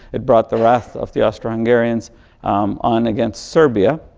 it brought the wrath of the austrian-hungarians on against serbia.